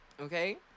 okay